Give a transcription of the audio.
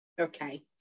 okay